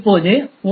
இப்போது ஓ